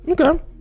Okay